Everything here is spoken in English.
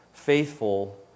Faithful